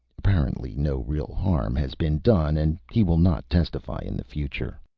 apparently no real harm has been done, and he will not testify in the future.